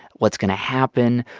what's going to happen?